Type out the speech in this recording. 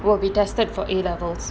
will be tested for A levels